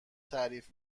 تعریف